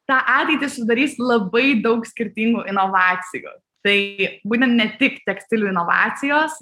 tą ateitį sudarys labai daug skirtingų inovacijų taigi būtent ne tik tekstilių inovacijos